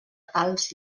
tals